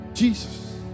Jesus